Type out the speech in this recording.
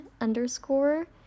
underscore